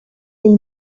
they